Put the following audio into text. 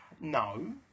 No